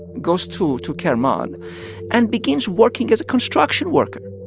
goes to to kerman and begins working as a construction worker